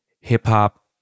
hip-hop